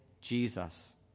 Jesus